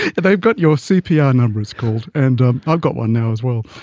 they've got your cpr number, it's called, and ah i've got one now as well.